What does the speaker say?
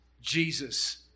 Jesus